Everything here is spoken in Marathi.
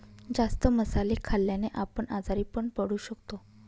जास्त मसाले खाल्ल्याने आपण आजारी पण पडू शकतो